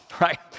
Right